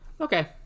Okay